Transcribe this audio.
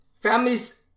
Families